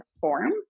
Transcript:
form